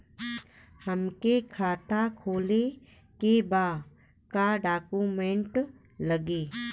हमके खाता खोले के बा का डॉक्यूमेंट लगी?